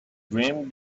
dream